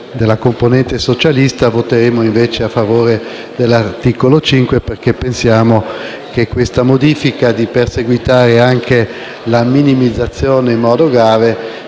della componente socialista, voteremo invece a favore dell'articolo 5, perché pensiamo che la modifica di perseguitare anche la minimizzazione in modo grave